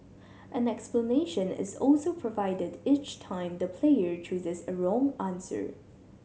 an explanation is also provided each time the player chooses a wrong answer